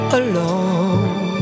alone